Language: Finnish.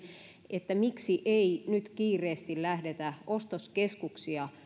että miksi ei nyt kiireesti lähdetä ostoskeskuksia